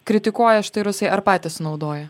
kritikuoja štai rusai ar patys naudoja